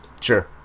Sure